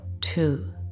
Two